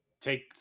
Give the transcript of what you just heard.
take